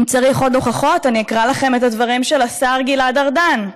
אם צריך עוד הוכחות אני אקרא לכם את הדברים של השר גלעד ארדן.